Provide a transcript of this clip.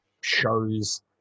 shows